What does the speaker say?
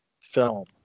film